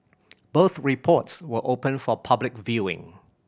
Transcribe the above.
both reports were open for public viewing